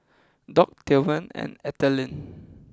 Dock Tillman and Ethelyn